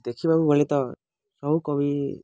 ଦେଖିବାକୁ ଗଲେ ତ ସବୁ କବି